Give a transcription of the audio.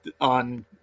on